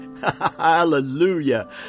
Hallelujah